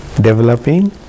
developing